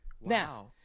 Now